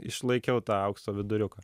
išlaikiau tą aukso viduriuką